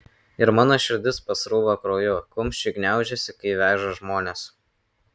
ir mano širdis pasrūva krauju kumščiai gniaužiasi kai veža žmones